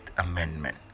amendment